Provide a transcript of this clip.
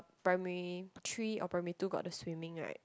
primary three or primary two got the swimming right